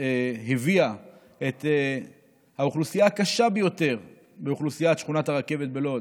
הביאה את האוכלוסייה הקשה ביותר מאוכלוסיית שכונת הרכבת בלוד